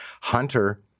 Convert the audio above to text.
Hunter